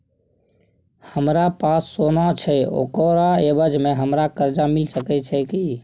हमरा पास सोना छै ओकरा एवज में हमरा कर्जा मिल सके छै की?